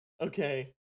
Okay